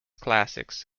classics